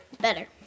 better